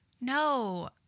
no